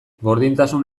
gordintasun